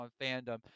fandom